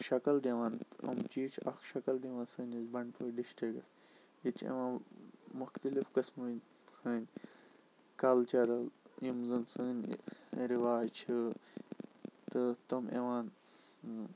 اَکھ شَکَل دِوان یِم چیز چھِ اَکھ شَکَل دِوان سٲنِس بَنٛڈپور ڈِسٹرکَس ییٚتہِ چھِ یِوان مُختٔلِف قٕسمَن ہنٛد کَلچَرَل یِم زَن سٲنۍ رِواج چھِ تہٕ تِم یِوان